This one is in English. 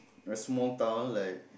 a small town like